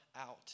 out